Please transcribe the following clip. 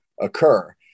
occur